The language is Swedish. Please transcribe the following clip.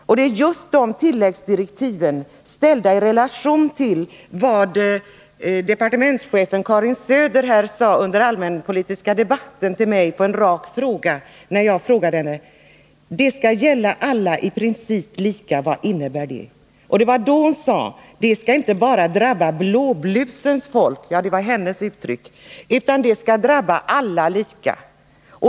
Och det är just de tilläggsdirektiven jag avser, ställda i relation till vad departementschefen Karin Söder sade under allmänpolitiska debatten till mig på en rak fråga vad det innebär att reglerna i princip skall gälla alla lika. Det var då hon sade: Det skall inte bara drabba blåblusens folk — det var hennes uttryck — utan det skall drabba alla lika.